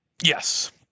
yes